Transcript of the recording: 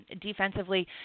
Defensively